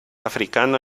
africano